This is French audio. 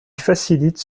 facilite